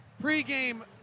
Pre-game